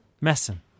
messin